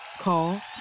Call